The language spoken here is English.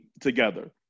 together